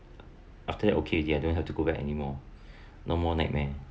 after that okay already I don't have to go back anymore no more nightmare